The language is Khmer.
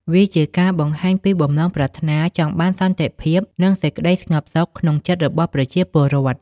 វាជាការបង្ហាញពីបំណងប្រាថ្នាចង់បានសន្តិភាព និងសេចក្តីស្ងប់សុខក្នុងចិត្តរបស់ប្រជាពលរដ្ឋ។